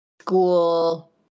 school